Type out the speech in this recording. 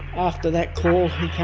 after that call he